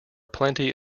plenty